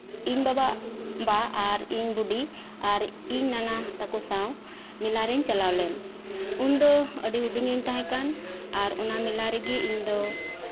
ᱤᱧ ᱵᱟᱵᱟ ᱵᱟ ᱟᱨ ᱤᱧ ᱵᱩᱰᱤ ᱤᱧ ᱱᱟᱱᱟ ᱛᱟᱠᱚ ᱥᱟᱶ ᱢᱮᱞᱟ ᱨᱤᱧ ᱪᱟᱞᱟᱣ ᱞᱮᱱᱟ ᱩᱱᱫᱚ ᱟᱹᱰᱤ ᱦᱩᱰᱤᱧ ᱜᱤᱧ ᱛᱟᱦᱮᱸ ᱠᱟᱱᱟ ᱚᱱᱟ ᱢᱮᱞᱟ ᱨᱮᱜᱮ ᱤᱧ ᱫᱚ